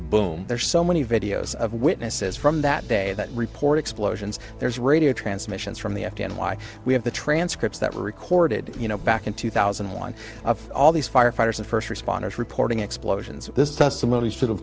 boom there are so many videos of witnesses from that day that report explosions there's radio transmissions from the afghan why we have the transcripts that were recorded you know back in two thousand and one of all these firefighters and first responders reporting explosions at this testimony s